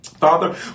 Father